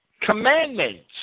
Commandments